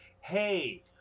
hey